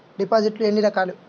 డిపాజిట్లు ఎన్ని రకాలు?